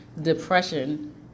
depression